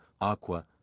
aqua